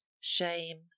Shame